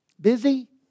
Busy